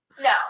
no